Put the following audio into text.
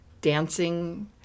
dancing